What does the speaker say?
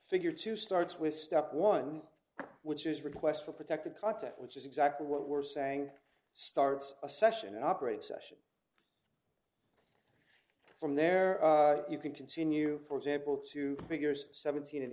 figure two starts with step one which is request for protective contact which is exactly what we're saying starts a session operator session from there you can continue for example two figures seventeen and